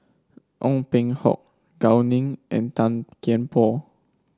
Ong Peng Hock Gao Ning and Tan Kian Por